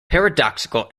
paradoxical